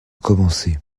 commencer